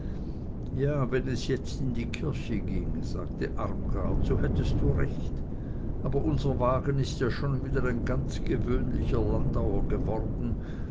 ja wenn es jetzt in die kirche ginge sagte armgard so hättest du recht aber unser wagen ist ja schon wieder ein ganz einfacher landauer geworden